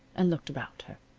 and looked about her.